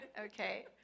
okay